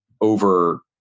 over